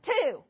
Two